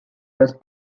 was